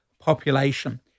population